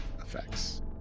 effects